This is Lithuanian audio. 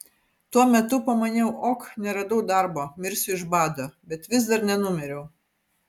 tuo metu pamaniau ok neradau darbo mirsiu iš bado bet vis dar nenumiriau